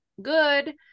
Good